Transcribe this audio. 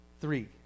Three